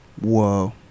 Whoa